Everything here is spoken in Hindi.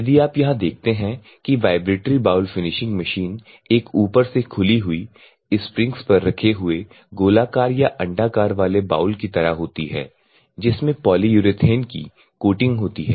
यदि आप यहां देखते हैं कि वाइब्रेटरी बाउल फिनिशिंग मशीन एक ऊपर से खुली हुई स्प्रिंग्स पर रखे हुए गोलाकार या अंडाकार वाले बाउल की तरह होती है जिसमें पॉलीयुरेथेन की कोटिंग होती है